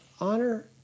honor